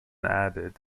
added